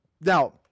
Now